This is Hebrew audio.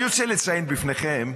אני רוצה לציין בפניכם,